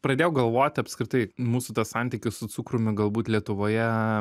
pradėjau galvoti apskritai mūsų tas santykis su cukrumi galbūt lietuvoje